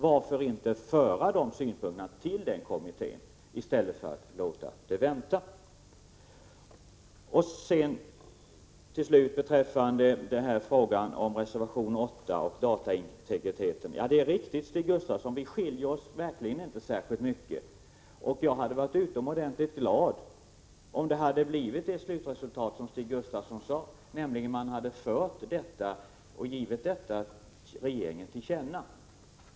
Varför då inte föra dessa synpunkter till kommittén i stället för att bara vänta? Beträffande reservation 8 och dataintegriteten är det riktigt, Stig Gustafsson, att vi verkligen inte skiljer oss åt särskilt mycket. Jag hade varit utomordentligt glad om det blivit det slutresultat som Stig Gustafsson talade om, nämligen att man hade gett regeringen till känna att frågan borde tas upp.